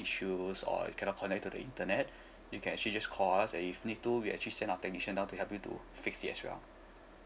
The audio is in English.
issues or you cannot connect to the internet you can actually just call us and if need to we actually send out technician down to help you to fix it as well